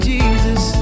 Jesus